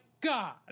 god